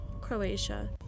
Croatia